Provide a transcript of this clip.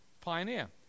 pioneer